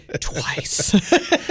twice